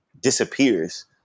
disappears